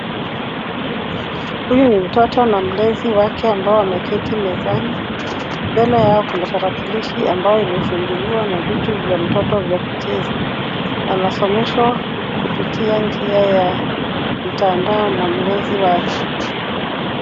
Huyu ni mtoto na mlezi wake ambao wameketi mezani. Mbele yao kuna tarakilishi ambayo imefunguliwa na vitu vya mtoto vya kucheza. Anasomeshwa kupitia njia ya mtandao na mlezi wake.